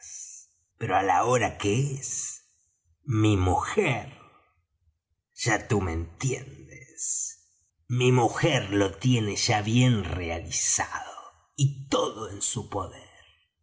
pero á la hora que es mi mujer ya tú me entiendes mi mujer lo tiene ya bien realizado y todo en su poder